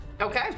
Okay